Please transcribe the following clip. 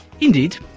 Indeed